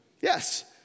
Yes